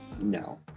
no